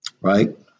right